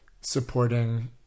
supporting